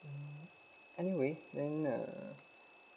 mm anyway then uh